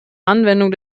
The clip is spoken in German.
anwendung